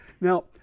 Now